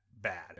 bad